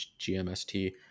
GMST